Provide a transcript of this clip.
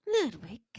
Ludwig